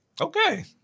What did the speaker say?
Okay